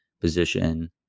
position